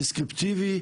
דסקריפטיבי,